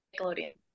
Nickelodeon